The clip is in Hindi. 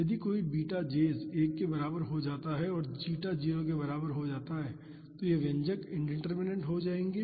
यदि कोई बीटा js 1 के बराबर हो जाता है और जीटा 0 के बराबर हो जाता है तो ये दोनों व्यंजक इंडिटर्मिनेन्ट हो जायेंगे